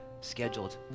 scheduled